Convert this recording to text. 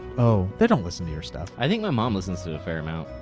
oh, they don't listen to your stuff. i think my mom listens to a fair amount.